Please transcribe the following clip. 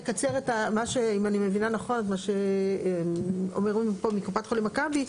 אם אני מבינה נכון את מה שאומרים פה מקופת חולים מכבי,